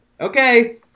Okay